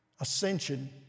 ascension